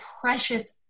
precious